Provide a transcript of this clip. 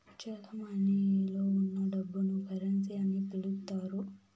చెలమణిలో ఉన్న డబ్బును కరెన్సీ అని పిలుత్తారు